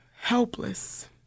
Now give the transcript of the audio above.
helpless